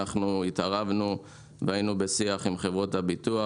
התערבנו והיינו בשיח עם חברות הביטוח,